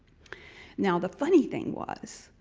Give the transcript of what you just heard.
now the funny thing was,